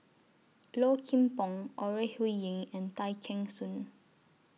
Low Kim Pong Ore Huiying and Tay Kheng Soon